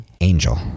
angel